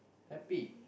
happy